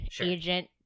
agent